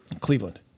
Cleveland